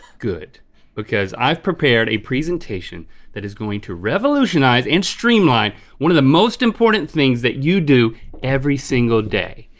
good because i've prepared a presentation that is going to revolutionize and streamline one of the most important things that you do every single day.